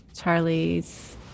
Charlie's